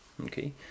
Okay